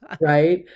Right